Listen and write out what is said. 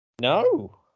No